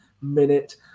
minute